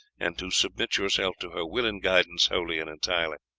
and to submit yourself to her will and guidance wholly and entirely.